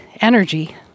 energy